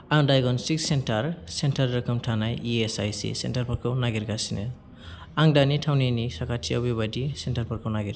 आं diagnostic centre centre रोखोम थानाय इ एस आइ सि सेन्टारफोरखौ नागिरगासिनो आंनि दानि थावनिनि साखाथियाव बेबादि सेन्टारफोरखौ नागिर